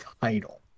title